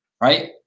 right